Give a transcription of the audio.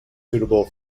suitable